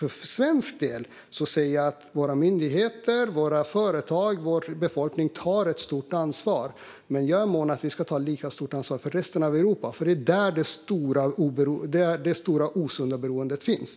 För svensk del tar våra myndigheter, våra företag och vår befolkning ett stort ansvar, men jag är mån om att vi ska ta ett lika stort ansvar för resten av Europa, för det är där det stora osunda beroendet finns.